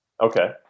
Okay